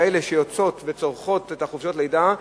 כאלה שיוצאות וצורכות את חופשת הלידה,